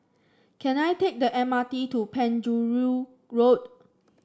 can I take the M R T to Penjuru Road